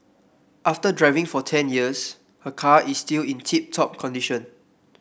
after driving for ten years her car is still in tip top condition